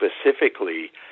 specifically